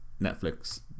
Netflix